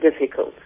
difficult